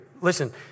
Listen